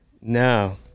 No